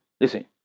Listen